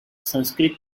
sanskrit